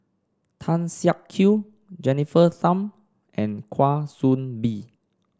Tan Siak Kew Jennifer Tham and Kwa Soon Bee